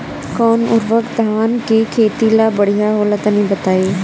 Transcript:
कौन उर्वरक धान के खेती ला बढ़िया होला तनी बताई?